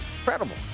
Incredible